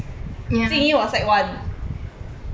ya